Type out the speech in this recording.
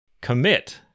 commit